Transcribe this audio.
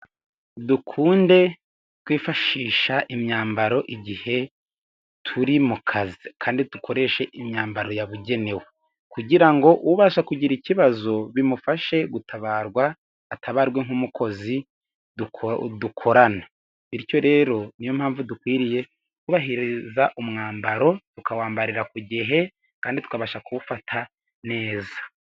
Dukunde kwifashisha imyambaro, igihe turi mu kazi kandi dukoreshe imyambaro yabugenewe, kugira ngo ubasha kugira ikibazo bimufashe gutabarwa, atabarwe nk'umukozi dukorana, bityo rero niyo mpamvu dukwiriye kubahiriza umwambaro, tukawambarira ku gihe kandi tukabasha kuwufata neza.